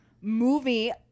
movie